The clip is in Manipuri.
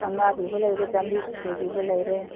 ꯆꯥꯝꯉꯥ ꯄꯤꯕ ꯂꯩꯔꯦ ꯆꯥꯝꯔꯤ ꯌꯥꯡꯈꯩ ꯄꯤꯕ ꯂꯩꯔꯦ